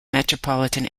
metropolitan